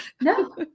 No